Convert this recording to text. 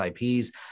IPs